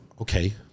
okay